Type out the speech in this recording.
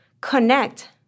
connect